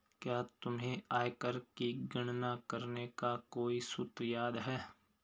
क्या तुम्हें आयकर की गणना करने का कोई सूत्र याद है?